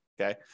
okay